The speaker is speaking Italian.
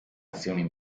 azioni